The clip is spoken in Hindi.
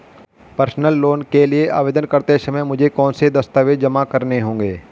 पर्सनल लोन के लिए आवेदन करते समय मुझे कौन से दस्तावेज़ जमा करने होंगे?